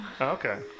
Okay